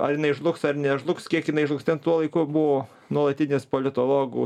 ar jinai žlugs ar nežlugs kiek jinai žlugs ten tuo laiku buvo nuolatinis politologų